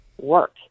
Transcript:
work